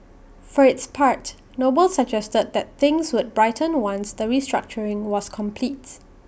for its part noble suggested that things would brighten once the restructuring was completes